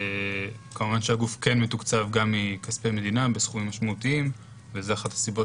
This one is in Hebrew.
כמובן שהגוף מתוקצב גם מכספי מדינה בסכומים משמעותיים וזו אחת הסיבות